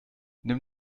nimm